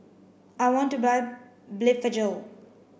I want to buy Blephagel